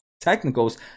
technicals